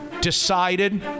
decided